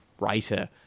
writer